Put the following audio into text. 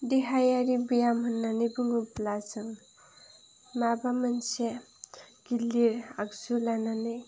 देहायारि बेयाम होननानै बुङोब्ला जों माबा मोनसे गिलिर आगजु लानानै